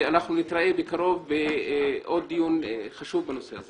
אנחנו נתראה בקרוב לעוד דיון חשוב בנושא הזה.